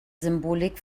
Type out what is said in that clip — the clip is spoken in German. symbolik